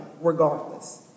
regardless